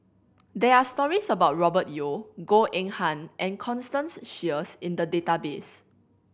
there are stories about Robert Yeo Goh Eng Han and Constance Sheares in the database